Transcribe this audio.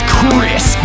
Chris